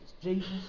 Jesus